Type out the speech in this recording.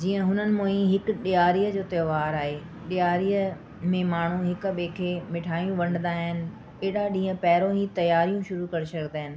जीअं हुननि मां ई हिकु ॾियारीअ जो त्योहारु आहे ॾियारीअ में माण्हू हिक ॿिए खे मिठायूं वन्ढींदा आहिनि एॾा ॾींहं पहिरियों ई तियारियूं शुरू करे छॾींदा आहिनि